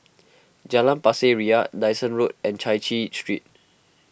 Jalan Pasir Ria Dyson Road and Chai Chee Street